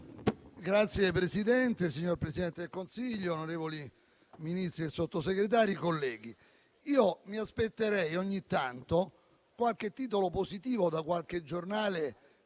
*(FI-BP-PPE)*. Signor Presidente del Consiglio, onorevoli Ministri e Sottosegretari, colleghi, io mi aspetterei ogni tanto qualche titolo positivo da qualche giornale